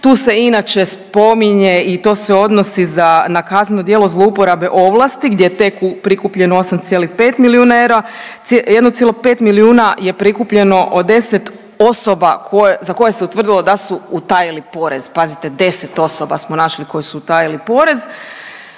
Tu se inače spominje i to se odnosi na kazneno djelo zlouporabe ovlasti gdje je tek prikupljeno 8,5 milijuna eura. 1,5 milijuna je prikupljeno od 10 osoba za koje se utvrdilo da su utajili porez. Pazite 10 osoba smo našli koji su utajili porez.